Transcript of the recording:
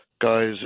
guys